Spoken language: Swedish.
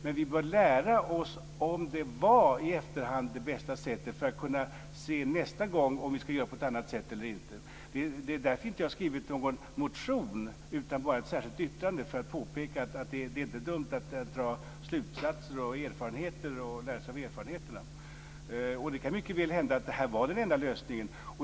Men vi bör i efterhand lära oss av detta, och se om det var det bästa sättet för att nästa gång kunna se om vi ska göra på ett annat sätt eller inte. Det är därför jag inte har skrivit någon motion utan bara ett särskilt yttrande - just för att påpeka att det inte är dumt att dra slutsatser och göra erfarenheter och lära sig av dem. Det kan mycket väl hända att detta var den enda lösningen.